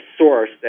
source